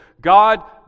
God